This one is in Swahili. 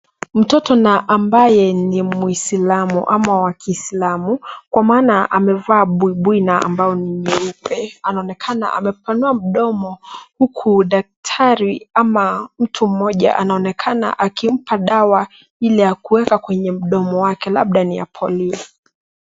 Mtoto na ambaye ni Muisilamu au wa Kiislamu. Kwa maana amevaa buibui na ambao ni nyeupe. Anaonekana amepanua mdomo huku daktari ama mtu mmoja anaonekana akimpa dawa ile ya kuweka kwenye mdomo wake, labda ni ya polio.